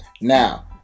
now